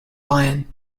lion